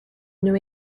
new